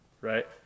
right